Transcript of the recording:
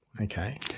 Okay